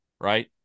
Right